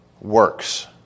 works